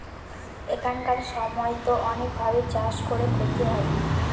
এখানকার সময়তো অনেক ভাবে চাষ করে ক্ষতি হয়